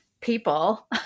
people